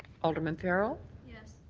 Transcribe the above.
alderman farrell. yeah